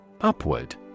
Upward